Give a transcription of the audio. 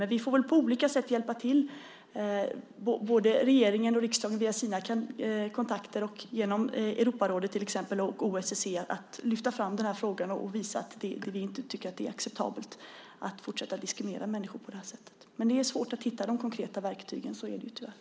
Men vi får väl på olika sätt hjälpa till - både regeringen och riksdagen via sina kontakter och genom Europarådet, till exempel, och OSSE - att lyfta fram den här frågan och visa att vi inte tycker att det är acceptabelt att fortsätta diskriminera människor på det här sättet. Men det är svårt att hitta de konkreta verktygen. Så är det tyvärr.